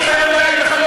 אני חייב להגיד לך,